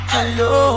Hello